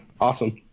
awesome